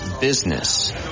business